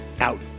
out